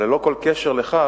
אבל ללא כל קשר לכך,